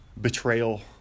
betrayal